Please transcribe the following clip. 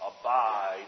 abide